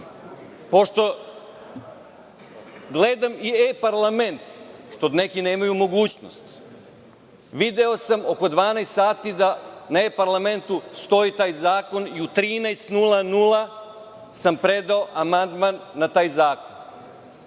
pošto gledam i E-parlament, što neki nemaju mogućnost, video sam oko 12,00 časova na E-parlamentu stoji taj zakon i u 13,00 časova, sam predao amandman na taj zakon.